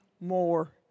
more